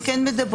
אנחנו כן מדברים,